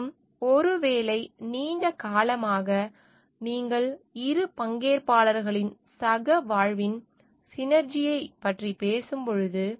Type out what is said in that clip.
மற்றும் ஒருவேளை நீண்ட காலமாக நீங்கள் இரு பங்கேற்பாளர்களின் சக வாழ்வின் சினெர்ஜியைப் பற்றி பேசும்போது